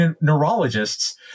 neurologists